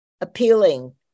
appealing